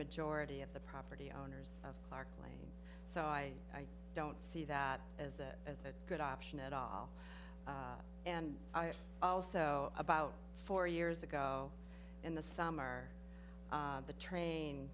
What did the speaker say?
majority of the property owners of park lane so i don't see that as a as a good option at all and also about four years ago in the summer the train